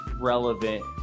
relevant